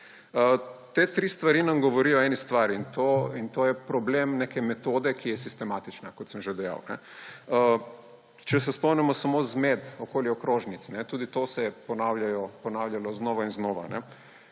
Te tri stvari nam govorijo o eni stvari, in to je problem neke metode, ki je sistematična, kot sem že dejal. Če se spomnimo samo zmed okoli okrožnic, tudi to se je ponavljalo znova in znova.